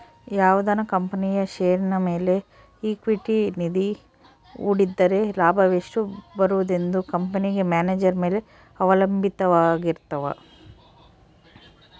ಯಾವುದನ ಕಂಪನಿಯ ಷೇರಿನ ಮೇಲೆ ಈಕ್ವಿಟಿ ನಿಧಿ ಹೂಡಿದ್ದರೆ ಲಾಭವೆಷ್ಟು ಬರುವುದೆಂದು ಕಂಪೆನೆಗ ಮ್ಯಾನೇಜರ್ ಮೇಲೆ ಅವಲಂಭಿತವಾರಗಿರ್ತವ